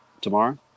tomorrow